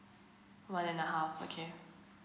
one and a half okay